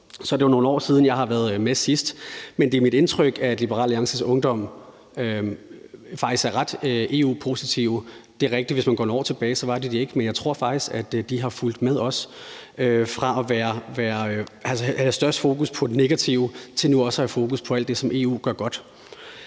er det jo nogle år siden, at jeg har været med sidst, men det er mit indtryk, at Liberal Alliances Ungdom faktisk er ret EU-positive. Det er rigtigt, at hvis man går nogle år tilbage, var de det ikke, men jeg tror faktisk, at de er fulgt med os fra at have størst fokus på det negative til nu også at have fokus på alt det, som EU gør godt.